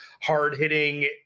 hard-hitting